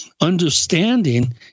understanding